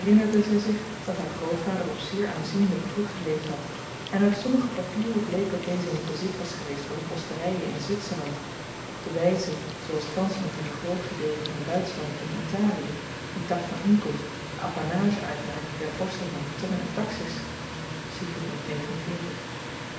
herinnerde zy zich dat haar grootvader op zeer aanzienlyken voet geleefd had en uit sommige papieren bleek dat deze in het bezit was geweest van de posteryen in zwitserland op de wyze zooals thans nog in een groot gedeelte van duitschland en italie die tak van inkomst de apanage uitmaakt der vorsten van turn en taxis